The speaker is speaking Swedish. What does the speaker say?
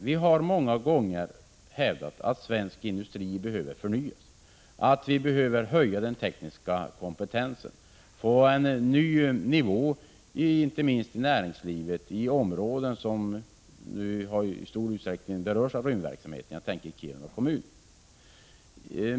Vi har många gånger hävdat att det är angeläget att svensk industri förnyas och att vi behöver höja den tekniska kompetensen och få en ny nivå i näringslivet, inte minst i de områden som nu i stor utsträckning berörs av rymdverksamheten — jag tänker på Kiruna kommun.